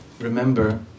remember